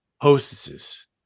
hostesses